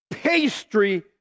pastry